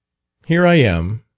here i am,